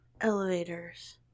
elevators